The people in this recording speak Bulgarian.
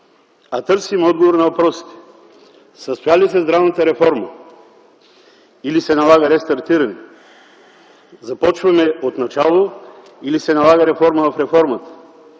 а търсим отговор на въпросите: състоя ли се здравната реформа или се налага рестартиране? Започваме отначало или се налага реформа в реформата?